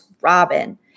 Robin